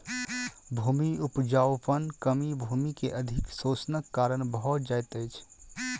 भूमि उपजाऊपन में कमी भूमि के अधिक शोषणक कारण भ जाइत अछि